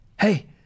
hey